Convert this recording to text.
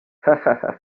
hhhh